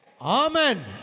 Amen